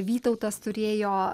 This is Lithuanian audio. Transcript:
vytautas turėjo